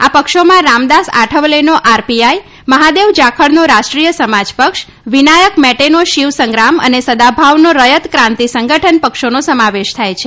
આ પક્ષોમાં રામદાસ આઠવલેનો આરપીઆઈ મહાદેવ જાખડનો રાષ્ટ્રીય સમાજ પક્ષ વિનાયક મેટેનો શિવ સંગ્રામ અને સદાભાઉનો રથત ક્રાંતી સંગઠન પક્ષોનો સમાવેશ થાય છે